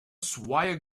swire